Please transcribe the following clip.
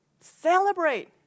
celebrate